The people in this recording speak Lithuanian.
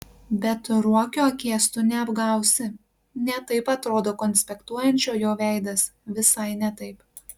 bet ruokio akies tu neapgausi ne taip atrodo konspektuojančio jo veidas visai ne taip